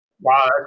wow